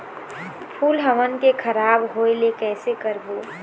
फूल हमन के खराब होए ले कैसे रोकबो?